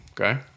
Okay